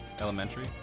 elementary